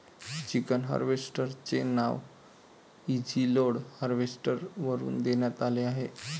chicken harvester चे नाव Easyload harvester वरून देण्यात आले आहे